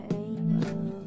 angel